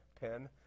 pen